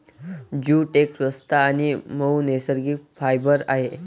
jute एक स्वस्त आणि मऊ नैसर्गिक फायबर आहे